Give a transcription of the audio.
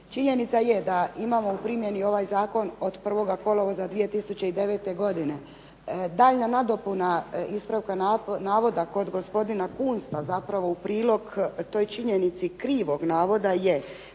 Činjenica je da imamo u primjeni ovaj zakon od 1. kolovoza 2009. godine, daljnja nadopuna ispravka navoda kod gospodina Kunsta zapravo u prilog toj činjenici krivog navoda je